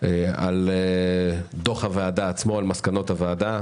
על דוח הוועדה עצמו, על מסקנות הוועדה.